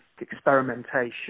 experimentation